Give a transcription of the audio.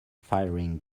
firing